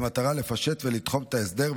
במטרה לפשט ולתחום את ההסדר,